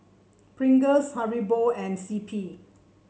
Pringles Haribo and C P